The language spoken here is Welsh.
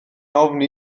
ofni